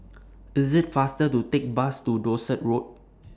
It's faster to Take The Bus to Dorset Road